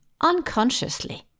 unconsciously